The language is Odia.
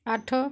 ଆଠ